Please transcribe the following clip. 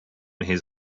his